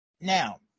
Now